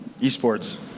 esports